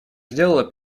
сделала